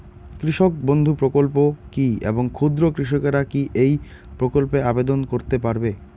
কৃষক বন্ধু প্রকল্প কী এবং ক্ষুদ্র কৃষকেরা কী এই প্রকল্পে আবেদন করতে পারবে?